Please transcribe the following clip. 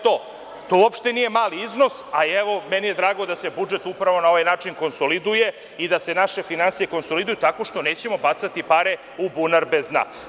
To uopšte nije mali iznos, ali meni je drago da se budžet upravo na ovaj način konsoliduje i da se naše finansije konsoliduju tako što nećemo bacati pare u bunar bez dna.